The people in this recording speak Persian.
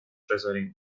بزاریم